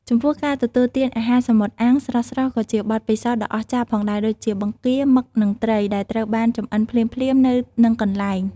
ចំពោះការទទួលទាន អាហារសមុទ្រអាំង ស្រស់ៗ ក៏ជាបទពិសោធន៍ដ៏អស្ចារ្យផងដែរ ដូចជាបង្គា មឹក និងត្រី ដែលត្រូវបានចម្អិនភ្លាមៗនៅនឹងកន្លែង។